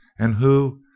and who,